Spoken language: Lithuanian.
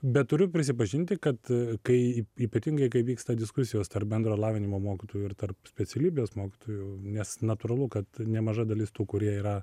bet turiu prisipažinti kad kai ypatingai kai vyksta diskusijos tarp bendro lavinimo mokytojų ir tarp specialybės mokytojų nes natūralu kad nemaža dalis tų kurie yra